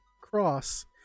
cross